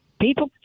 people